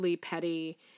petty